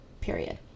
Period